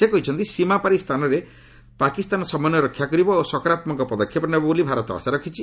ସେ କହିଛନ୍ତି ସୀମାପାରି ସ୍ଥାନରେ ପାକିସ୍ତାନ ସମନ୍ୱୟ ରକ୍ଷା କରିବ ଓ ସକାରାତ୍ମକ ପଦକ୍ଷେପ ନେବ ବୋଲି ଭାରତ ଆଶା ରଖିଛି